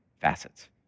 facets